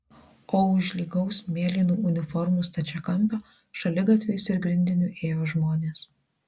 o už lygaus mėlynų uniformų stačiakampio šaligatviais ir grindiniu ėjo žmonės